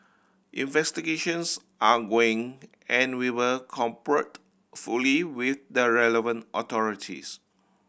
investigations are going and we will cooperate fully with the relevant authorities